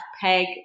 peg